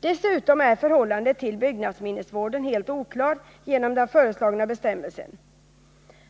Dessutom är förhållandet till byggnadsminnesvården helt oklart i den föreslagna bestämmelsen.